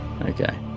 Okay